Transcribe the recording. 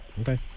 Okay